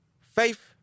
Faith